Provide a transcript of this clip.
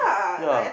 ya